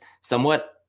somewhat